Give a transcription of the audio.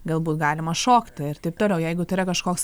galbūt galima šokti ir taip toliau jeigu tai yra kažkoks